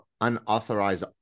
Unauthorized